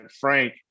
Frank